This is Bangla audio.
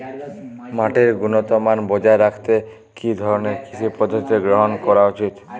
মাটির গুনগতমান বজায় রাখতে কি ধরনের কৃষি পদ্ধতি গ্রহন করা উচিৎ?